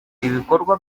ibikorwa